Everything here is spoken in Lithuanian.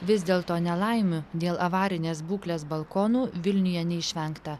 vis dėlto nelaimių dėl avarinės būklės balkonų vilniuje neišvengta